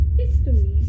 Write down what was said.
history